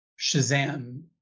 Shazam